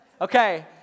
Okay